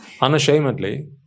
Unashamedly